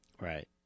Right